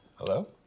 Hello